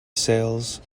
sales